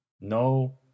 No